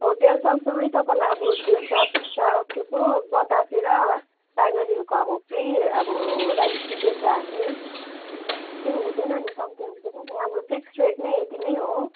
hotel सँगसँगै तपाईँलाई अब त्यो जाप के पो बतासे र टाइगर हिलको फ्री अब राइड दिँदैछ हामी ए हुँदैन नि कम्ती हुँदैन नि हाम्रो फिक्स्ड रेट नै यति नै हो